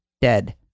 dead